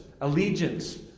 allegiance